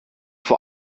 vor